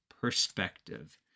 Perspective